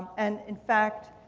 and in fact,